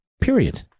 Period